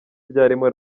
byarimo